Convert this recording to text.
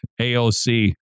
AOC